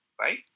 right